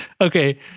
okay